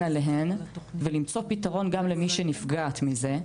עליהן ולמצוא פתרון גם למי שנפגעת מזה,